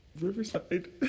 Riverside